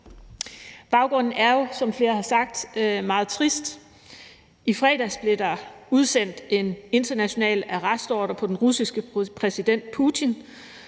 Baggrunden er, som flere har sagt, meget trist. I fredags blev der udsendt en international arrestordre på den russiske præsident Putin.